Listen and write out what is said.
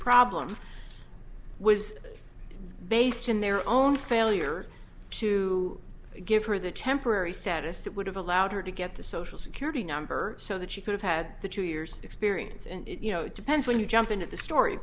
problem was based in their own failure to give her the temporary status that would have allowed her to get the social security number so that she could have had the two years experience and you know it depends when you jump into the story